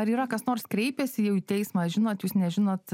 ar yra kas nors kreipėsi į jau teismą žinot jūs nežinot